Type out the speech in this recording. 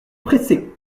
pressé